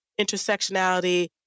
intersectionality